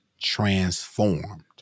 transformed